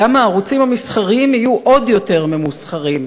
"גם הערוצים המסחריים יהיו יותר גרועים.